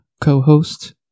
co-host